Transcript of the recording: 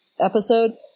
episode